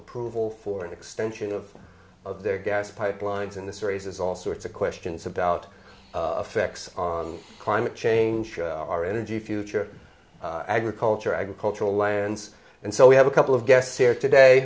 approval for an extension of of their gas pipelines and this raises all sorts of questions about affects on climate change our energy future agriculture agricultural lands and so we have a couple of guests here today